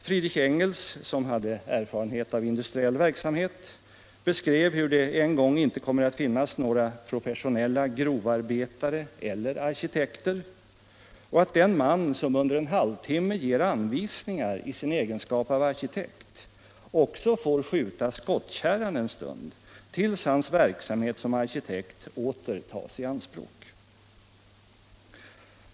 Friedrich Engels, som hade erfarenhet av inudstriell verksamhet, beskrev hur ”det en gång inte kommer att finnas några professionella grovarbetare eller arkitekter och att den man som under en halvtimme ger anvisningar i sin egenskap av arkitekt också får skjuta skottkärran en stund tills hans verksamhet som arkitekt åter tas i anspråk”.